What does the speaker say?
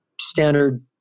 standard